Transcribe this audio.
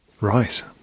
Right